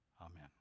Amen